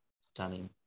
stunning